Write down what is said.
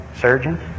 surgeon